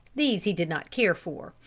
these he did not care for,